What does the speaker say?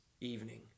evening